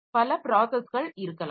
பல ப்ராஸஸ்கள் இருக்கலாம்